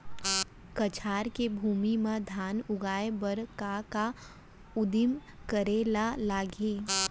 कछार के भूमि मा धान उगाए बर का का उदिम करे ला लागही?